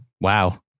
Wow